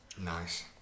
nice